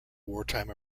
wartime